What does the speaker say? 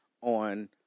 on